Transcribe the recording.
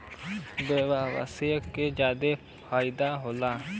व्यवसायी के जादा फईदा होला